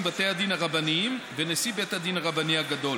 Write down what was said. בתי הדין הרבניים ונשיא בית הדין הרבני הגדול,